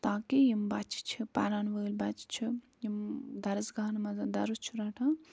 تاکہِ یِم بَچہِ چھِ پرَن وٲلۍ بَچہِ چھِ یِم درسگاہَن منٛز درس چھُ رٹان